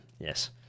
yes